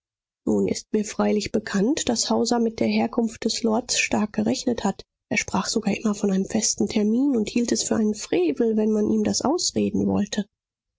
nun ist mir freilich bekannt daß hauser mit der herkunft des lords stark gerechnet hat er sprach sogar immer von einem festen termin und hielt es für einen frevel wenn man ihm das ausreden wollte